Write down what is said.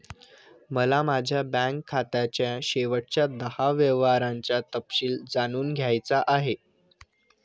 मला माझ्या बँक खात्याच्या शेवटच्या दहा व्यवहारांचा तपशील जाणून घ्यायचा आहे